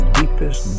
deepest